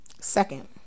second